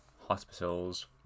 hospitals